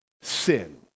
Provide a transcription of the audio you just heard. sin